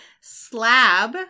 Slab